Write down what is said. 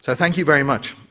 so thank you very much.